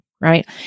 right